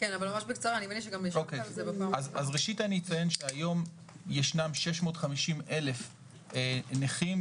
ראשית אני אציין שהיום ישנם 650,000 נכים,